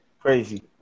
crazy